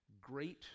great